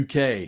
uk